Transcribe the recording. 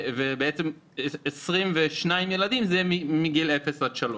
ו-22 ילדים הם מגיל לידה עד שלוש.